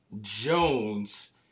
Jones